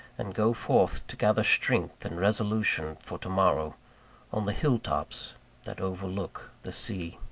and go forth to gather strength and resolution for to-morrow on the hill-tops that overlook the sea.